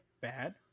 bad